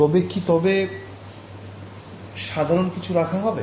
এবার কি তবে সাধারণ কিছু রাখা হবে